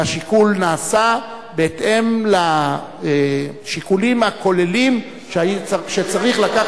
והשיקול נעשה בהתאם לשיקולים הכוללים שצריך להביא